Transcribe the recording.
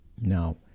Now